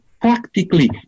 practically